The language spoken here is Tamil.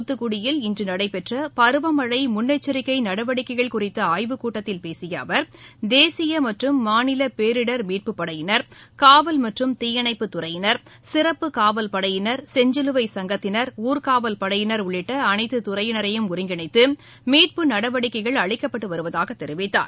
தூத்துக்குடியில் இன்று நடைபெற்ற பருவமழை முன்னெச்சரிக்கை நடவடிக்கைகள் குறித்த ஆய்வுக் கூட்டத்தில் பேசிய அவர் தேசிய மற்றும் மாநில பேரிடர் மீட்புப்படையினர் காவல் மற்றும் தீயணைப்புத் துறையினர் சிறப்பு காவல்படையினர் செஞ்சிலுவை சங்கத்தினர் ஊர்க்காவல்படையினர் உள்ளிட்ட துறையினரையும் ஒருங்கிணைத்து மீட்பு நடவடிக்கைகள் அளிக்கப்பட்டு வருவதாகத் அனைத்து தெரிவித்தார்